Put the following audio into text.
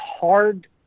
hard